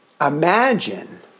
Imagine